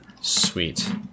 Sweet